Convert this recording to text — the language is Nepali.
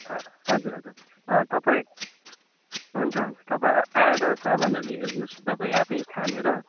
हजुर हजुर तपाईँ हुन्छ हुन्छ तपाईँ आएर सामानहरू हेर्नुहोस् तपाईँ आफै छानेर